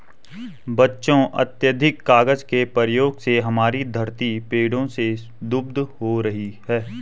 बच्चों अत्याधिक कागज के प्रयोग से हमारी धरती पेड़ों से क्षुब्ध हो रही है